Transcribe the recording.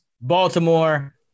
Baltimore